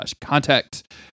contact